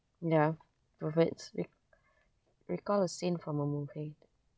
ya perverts re~ recall a scene from a movie